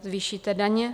Zvýšíte daně?